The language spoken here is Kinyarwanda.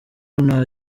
nta